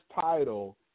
title